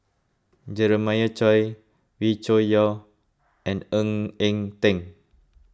Jeremiah Choy Wee Cho Yaw and Ng Eng Teng